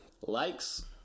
Likes